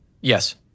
Yes